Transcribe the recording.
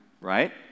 right